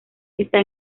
está